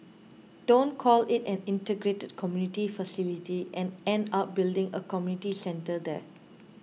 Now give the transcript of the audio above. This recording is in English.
don't call it an integrated community facility and end up building a community centre there